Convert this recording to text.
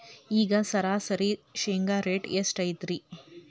ಈಗ ಸರಾಸರಿ ಶೇಂಗಾ ರೇಟ್ ಎಷ್ಟು ಐತ್ರಿ?